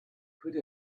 could